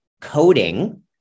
coding